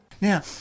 Now